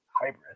Hybrid